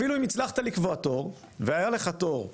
אפילו אם הצלחת לקבוע תור, והיה לך תור,